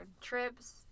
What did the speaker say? trips